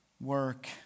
work